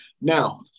Now